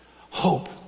Hope